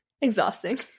exhausting